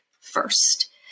first